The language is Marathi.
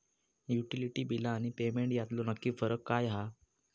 युटिलिटी बिला आणि पेमेंट यातलो नक्की फरक काय हा?